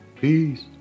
Peace